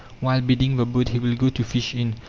while building the boat he will go to fish in.